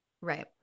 Right